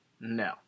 No